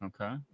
Okay